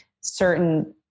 certain